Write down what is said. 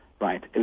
right